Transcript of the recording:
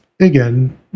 Again